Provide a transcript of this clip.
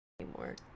anymore